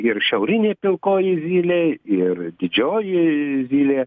ir šiaurinė pilkoji zylė ir didžioji zylė